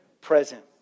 present